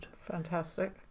fantastic